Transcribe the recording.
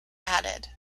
added